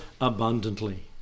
abundantly